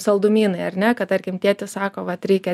saldumynai ar ne kad tarkim tėtis sako vat reikia